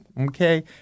okay